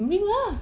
bring lah